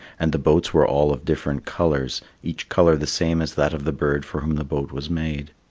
and the boats were all of different colours, each colour the same as that of the bird for whom the boat was made.